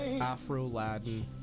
Afro-Latin